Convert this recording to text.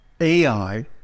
AI